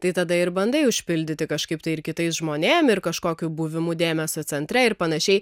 tai tada ir bandai užpildyti kažkaip tai ir kitais žmonėm ir kažkokiu buvimu dėmesio centre ir panašiai